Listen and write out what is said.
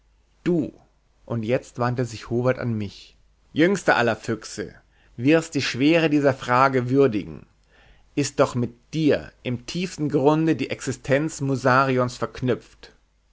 du und jetzt wandte howald sich an mich jüngster aller füchse wirst die schwere dieser frage würdigen ist doch mit ihr im tiefsten grunde die existenz musarions verknüpft